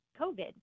COVID